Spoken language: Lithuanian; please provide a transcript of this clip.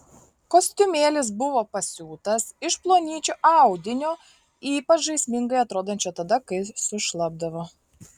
kostiumėlis buvo pasiūtas iš plonyčio audinio ypač žaismingai atrodančio tada kai sušlapdavo